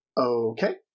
Okay